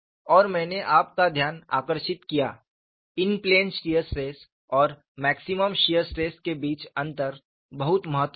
और मैंने आपका ध्यान आकर्षित किया इन प्लेन शीयर स्ट्रेस और मैक्सिमम शीयर स्ट्रेस के बीच अंतर बहुत महत्वपूर्ण